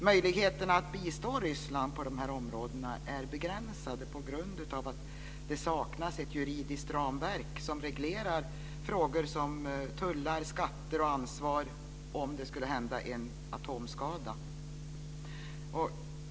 Möjligheterna att bistå Ryssland på dessa områden är begränsade på grund av att det saknas ett juridiskt ramverk som reglerar frågor som tullar, skatter och ansvar om det skulle hända en atomskada.